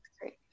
great